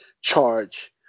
charge